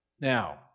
Now